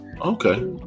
Okay